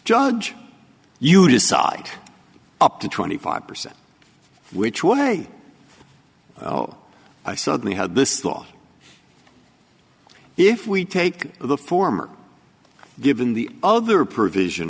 judge you decide up to twenty five percent which way i suddenly had this law if we take the former given the other provision